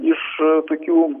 iš tokių